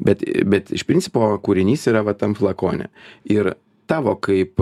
bet bet iš principo kūrinys yra va tam flakone ir tavo kaip